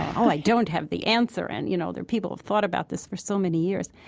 i don't have the answer' and, you know, there are people who've thought about this for so many years